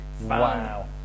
Wow